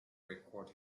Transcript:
record